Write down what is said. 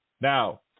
Now